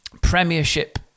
Premiership